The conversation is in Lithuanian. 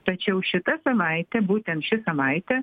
tačiau šita savaitė būtent ši savaitė